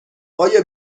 آیا